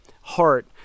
heart